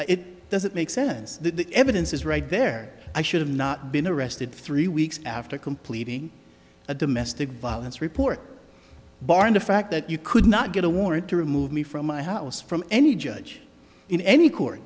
it doesn't make sense the evidence is right there i should have not been arrested three weeks after completing a domestic violence report barring the fact that you could not get a warrant to remove me from my house from any judge in any court